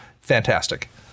Fantastic